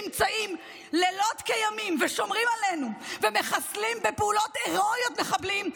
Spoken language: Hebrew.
נמצאים לילות כימים ושומרים עלינו ומחסלים בפעולות הראויות מחבלים,